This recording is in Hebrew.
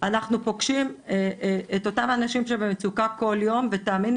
אנחנו פוגשים את אותם האנשים שבמצוקה כל יום ותאמיני